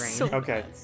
Okay